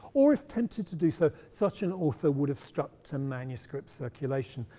or if tempted to do so, such an author would have stuck to manuscript circulation,